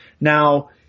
Now